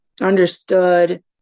understood